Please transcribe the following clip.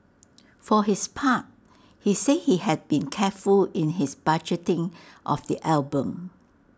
for his part he say he had been careful in his budgeting of the album